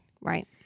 right